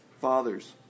fathers